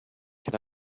can